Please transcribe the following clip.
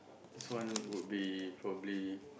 this one would be probably